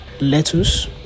lettuce